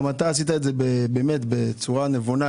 עשית את זה בצורה נבונה,